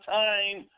time